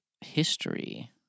history